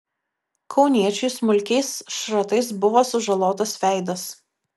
kauniečiui smulkiais šratais buvo sužalotas veidas